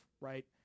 right